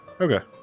Okay